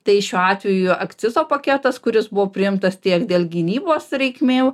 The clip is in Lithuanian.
tai šiuo atveju akcizo paketas kuris buvo priimtas tiek dėl gynybos reikmių